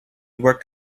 worked